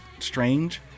strange